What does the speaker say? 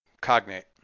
cognate